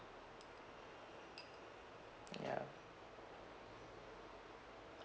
ya